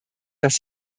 dass